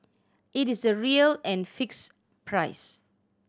it is the real and fixed price